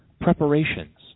preparations